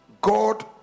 God